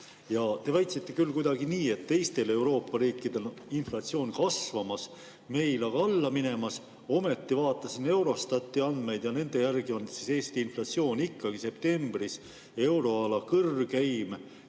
Te väitsite küll kuidagi nii, et teistel Euroopa riikidel on inflatsioon kasvamas, meil aga alla minemas. Ometi, ma vaatasin Eurostati andmeid ja nende järgi oli Eesti inflatsioon ikkagi septembris euroala kõrgeim,